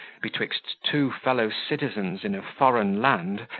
betwixt two fellow-citizens in a foreign land,